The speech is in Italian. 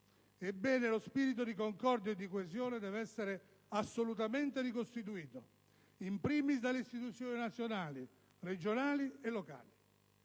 Ebbene, lo spirito di concordia e di coesione deve essere assolutamente ricostituito, *in primis* dalle istituzioni nazionali, regionali e locali.